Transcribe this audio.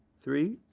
three,